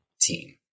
team